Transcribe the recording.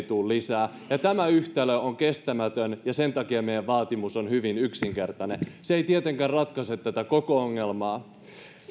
tule lisää tämä yhtälö on kestämätön ja sen takia meidän vaatimuksemme on hyvin yksinkertainen se ei tietenkään ratkaise tätä koko ongelmaa